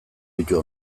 ditu